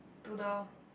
to the